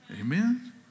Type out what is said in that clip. Amen